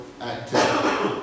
activity